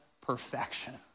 perfection